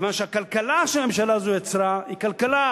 כיוון שהכלכלה שהממשלה הזאת יצרה היא כלכלה